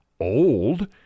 old